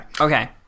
Okay